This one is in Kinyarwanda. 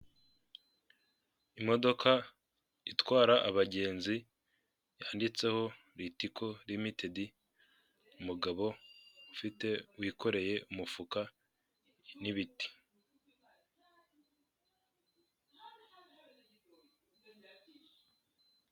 Imodoka itwara abagenzi yanditseho ritiko limitedi, umugabo wikoreye umufuka n'ibiti.